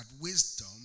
wisdom